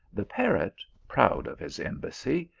the parrot, proud of his embassy,